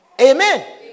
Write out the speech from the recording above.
Amen